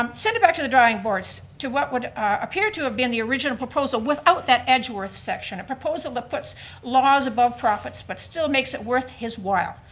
um send it back to the drying boards to what would appear to have been the original proposal without that edgeworth section. a proposal that puts laws above profits but still makes it worth his while.